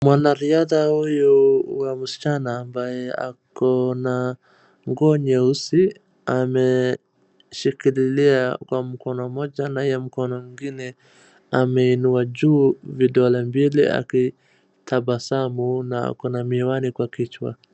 Mwanariadhaa huyu wa msichana ambaye ako na nguo nyeusi ameshikililia kwa mkono moja na hiyo mkono ingine ameinua juu vidole mbili akitabasamu na ako na miwani kwa kichwa.